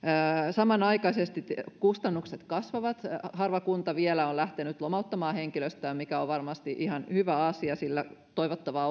samanaikaisesti kustannukset kasvavat harva kunta vielä on lähtenyt lomauttamaan henkilöstöä mikä on varmasti ihan hyvä asia sillä toivottavaa